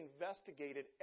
investigated